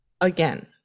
again